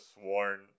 sworn